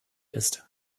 ist